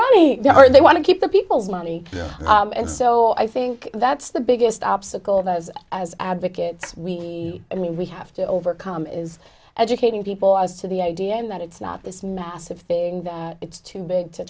money or they want to keep the people's money and so i think that's the biggest obstacle of us as advocates we i mean we have to overcome is educating people as to the idea that it's not this massive thing that it's too big to